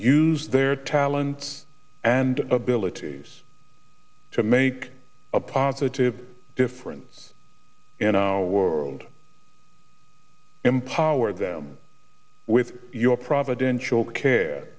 use their talents and abilities to make a positive difference in our world empower them with your